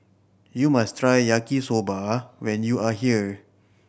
you must try Yaki Soba when you are here